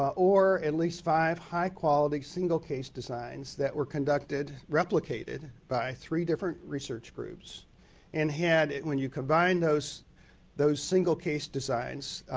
or at least five, high-quality single case designs that were kind of replicated by three different research groups and had, when you combined those those single-case designs,